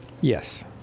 Yes